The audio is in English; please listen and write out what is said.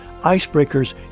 Icebreakers